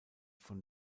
von